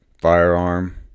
firearm